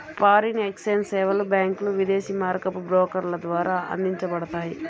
foreign exchange సేవలు బ్యాంకులు, విదేశీ మారకపు బ్రోకర్ల ద్వారా అందించబడతాయి